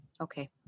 Okay